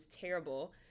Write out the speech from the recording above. terrible